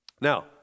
Now